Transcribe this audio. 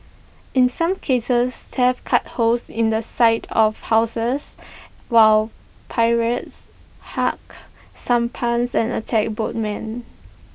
in some cases thieves cut holes in the side of houses while pirates sampans and attacked boatmen